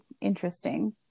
interesting